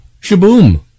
Shaboom